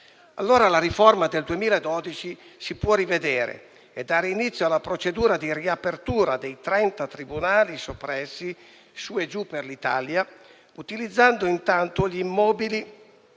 Allora la riforma del 2012 si può rivedere e dare inizio alla procedura di riapertura dei trenta tribunali soppressi su e giù per l'Italia, utilizzando intanto gli immobili,